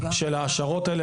של העשרות האלה.